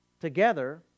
Together